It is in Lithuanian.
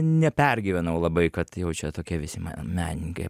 nepergyvenau labai kad jau čia tokie visi menininkai